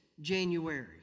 January